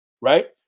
right